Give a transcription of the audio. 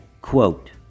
Quote